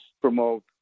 promote